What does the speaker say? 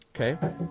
Okay